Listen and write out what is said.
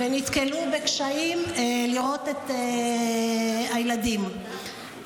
בקשיים לראות את הילדים.